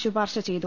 ശുപാർശ ചെയ്തു